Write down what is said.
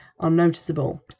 unnoticeable